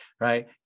right